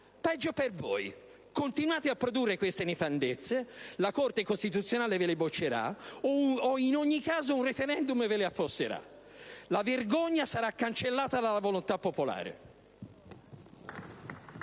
Peggio per voi, continuate a produrre queste nefandezze, la Corte costituzionale ve le boccerà, o in ogni caso un *referendum* ve le affosserà: la vergogna sarà cancellata dalla volontà popolare.